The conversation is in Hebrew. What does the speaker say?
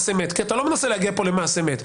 אמת כי אתה לא מנסה להגיע פה למס אמת.